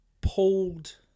pulled